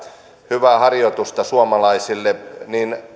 hyvää harjoitusta suomalaisille niin